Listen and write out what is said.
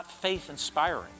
faith-inspiring